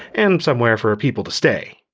and somewhere for people to stay.